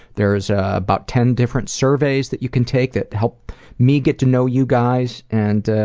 there's ah about ten different surveys that you can take that help me get to know you guys and